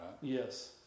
yes